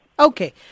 Okay